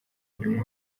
buri